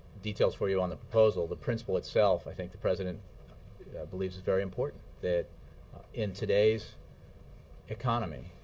details for you on the proposal. the principle itself i think the president believes is very important, that in today's economy,